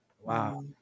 Wow